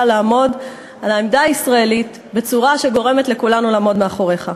לעמוד על העמדה הישראלית בצורה שגורמת לכולנו לעמוד מאחוריך.